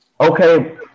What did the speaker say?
okay